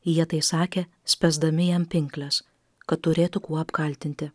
jie tai sakė spęsdami jam pinkles kad turėtų kuo apkaltinti